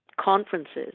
conferences